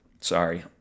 sorry